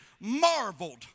marveled